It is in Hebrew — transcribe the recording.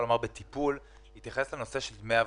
לנושא של דמי אבטלה.